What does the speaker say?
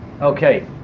Okay